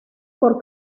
por